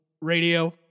radio